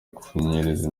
kunyereza